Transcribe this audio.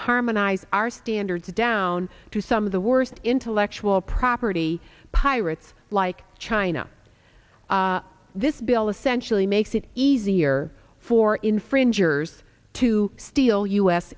harmonize our standards down to some of the worst intellectual property pirates like china this bill essentially makes it easier for infringers to steal u